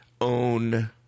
own